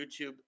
YouTube